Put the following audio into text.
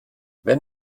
wenn